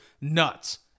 nuts